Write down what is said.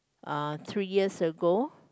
uh three years ago